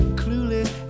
clueless